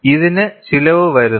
ഇതിന് ചിലവ് വരുന്നു